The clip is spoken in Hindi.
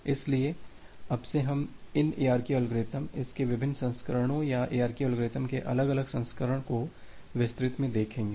इसलिए अबसे हम इन ARQ एल्गोरिदम इसके विभिन्न संस्करणों या ARQ एल्गोरिदम के अलग अलग संस्करण को विस्तृत में देखेंगे